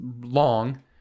long